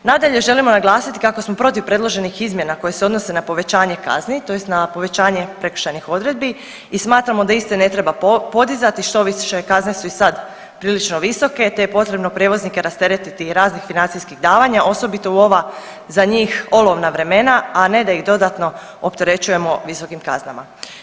Nadalje, želimo naglasiti kako smo protiv predloženih izmjena koje se odnose na povećanje kazni, tj. na povećanje prekršajnih odredbi i smatramo da iste ne treba podizati, štoviše, kazne su i sad prilično visoke te je potrebno prijevoznike rasteretiti raznih financijskih davanja, osobito u ova za njih, olovna vremena, a ne da ih dodatno opterećujemo visokim kaznama.